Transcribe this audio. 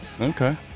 okay